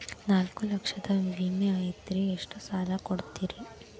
ನಾಲ್ಕು ಲಕ್ಷದ ವಿಮೆ ಐತ್ರಿ ಎಷ್ಟ ಸಾಲ ಕೊಡ್ತೇರಿ?